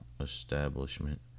establishment